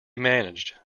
managed